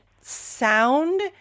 sound